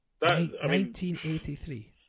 1983